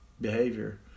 behavior